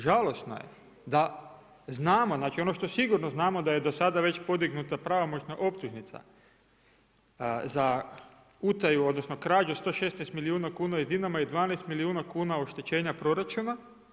Žalosno je da znamo, znači ono što sigurno znamo da je do sada već podignuta pravomoćna optužnica za utaju, odnosno krađu 116 milijuna kuna iz Dinama i 12 milijuna kuna oštećenja proračuna.